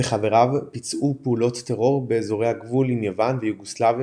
וחבריו ביצעו פעולות טרור באזורי הגבול עם יוון ויוגוסלביה